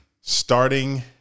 Starting